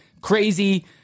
crazy